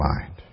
mind